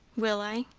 will i?